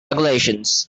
regulations